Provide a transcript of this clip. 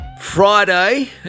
Friday